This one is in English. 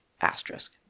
asterisk